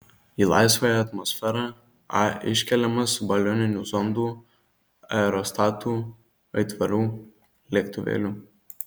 į laisvąją atmosferą a iškeliamas balioninių zondų aerostatų aitvarų lėktuvėlių